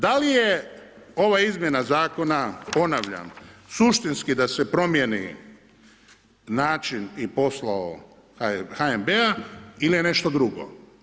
Da li je ova izmjena zakona, ponavljam, suštinski da se promijeni način i poslovi HNB-a ili je nešto drugo?